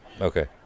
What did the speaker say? Okay